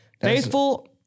Faithful